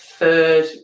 Third